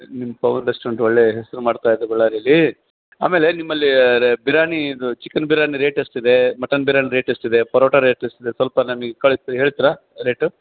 ನಿಮ್ಮ ಪವನ್ ರೆಸ್ಟೊರೆಂಟ್ ಒಳ್ಳೆ ಹೆಸ್ರು ಮಾಡ್ತ ಇದೆ ಬಳ್ಳಾರಿಲೀ ಆಮೇಲೆ ನಿಮ್ಮಲ್ಲೀ ಅದೆ ಬಿರ್ಯಾನಿ ಇದು ಚಿಕೆನ್ ಬಿರ್ಯಾನಿ ರೇಟ್ ಎಷ್ಟಿದೆ ಮಟನ್ ಬಿರ್ಯಾನಿ ರೇಟ್ ಎಷ್ಟಿದೆ ಪರೋಟ ರೇಟ್ ಎಷ್ಟಿದೆ ಸ್ವಲ್ಪ ನಮಿಗೆ ಕಳಿಸಿ ಹೇಳ್ತಿರಾ ರೇಟು